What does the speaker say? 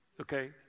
Okay